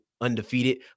undefeated